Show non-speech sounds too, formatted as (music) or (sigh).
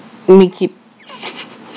make it (laughs)